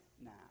now